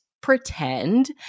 pretend